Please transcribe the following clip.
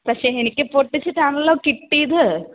പക്ഷേ എനിക്ക് പൊട്ടിച്ചിട്ടാണല്ലോ കിട്ടിയത്